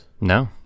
No